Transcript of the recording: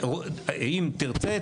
אם תרצה,